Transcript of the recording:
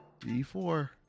d4